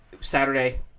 Saturday